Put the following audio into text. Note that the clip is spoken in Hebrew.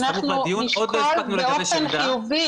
אנחנו נשקול באופן חיובי,